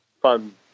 fun